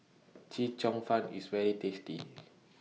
Chee Cheong Fun IS very tasty